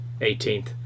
18th